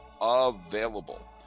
available